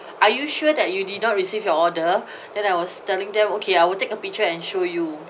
are you sure that you did not receive your order then I was telling them okay I will take a picture and show you